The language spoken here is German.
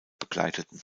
begleiteten